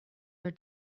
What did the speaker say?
your